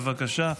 בבקשה.